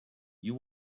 you